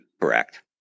Correct